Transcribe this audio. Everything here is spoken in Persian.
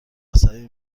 عصبی